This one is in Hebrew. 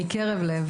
במקלט לנשים מוכות (תיקון מענק חודשי),